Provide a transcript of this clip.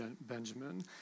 Benjamin